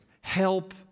help